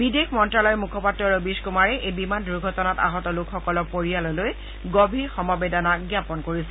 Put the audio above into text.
বিদেশ মন্ত্যালয়ৰ মুখপাত্ৰ ৰবীশ কুমাৰে এই বিমান দুৰ্ঘটনাত আহত লোকসকলৰ পৰিয়াললৈ গভীৰ সমবেদনা জ্ঞাপন কৰিছে